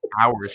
hours